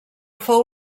fou